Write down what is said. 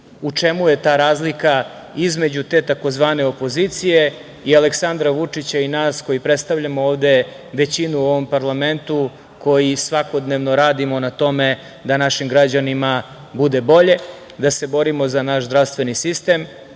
u čemu je ta razlika između te tzv. opozicije i Aleksandra Vučića i nas koji predstavljamo ovde većinu u ovom parlamentu, koji svakodnevno radimo na tome da našim građanima bude bolje, da se borimo za naš zdravstveni sistem,